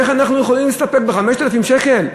איך אנחנו יכולים להסתפק ב-5,000 שקל?